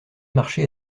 marché